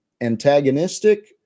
antagonistic